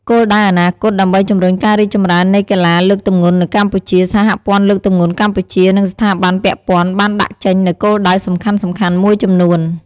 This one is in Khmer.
គោលដៅអនាគត ដើម្បីជំរុញការរីកចម្រើននៃកីឡាលើកទម្ងន់នៅកម្ពុជា សហព័ន្ធលើកទម្ងន់កម្ពុជា និងស្ថាប័នពាក់ព័ន្ធបានដាក់ចេញនូវគោលដៅសំខាន់ៗមួយចំនួន។